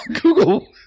Google